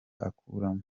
akuramo